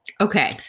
Okay